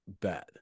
bad